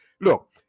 look